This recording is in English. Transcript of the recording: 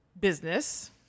business